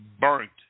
burnt